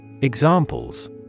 Examples